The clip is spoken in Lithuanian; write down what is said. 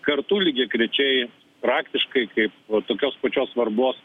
kartu lygiagrečiai praktiškai kaip va tokios pačios svarbos